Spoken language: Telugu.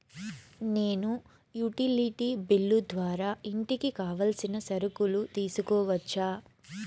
నేను యుటిలిటీ బిల్లు ద్వారా ఇంటికి కావాల్సిన సరుకులు తీసుకోవచ్చా?